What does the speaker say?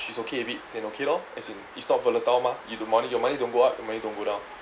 she's okay with it then okay lor as in it's not volatile mah you don't your money don't go up your money don't go down